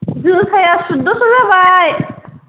जोसाया सुद'स' जाबाय